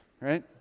right